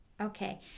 Okay